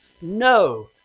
No